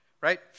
right